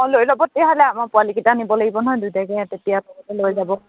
অঁ লৈ ল'ব তেতিয়াহ'লে আমাৰ পোৱালিকেইটা নিব লাগিব নহয় দুইটাকে তেতিয়া তাতে লৈ যাব